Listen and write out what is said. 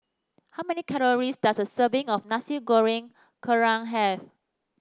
how many calories does a serving of Nasi Goreng Kerang have